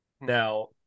Now